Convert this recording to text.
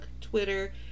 Twitter